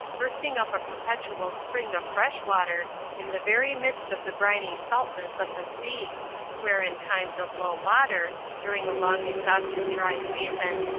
bursting up a perpetual spring of fresh water in the very midst of the briny saltness of the sea where in times of low water, during a long exhaustive dry season,